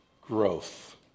growth